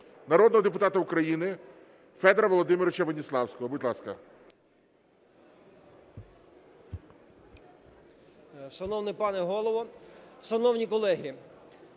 народного депутата України Федора Володимировича Веніславського, будь ласка.